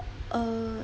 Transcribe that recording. err